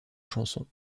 chanson